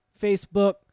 Facebook